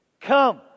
Come